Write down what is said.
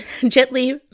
gently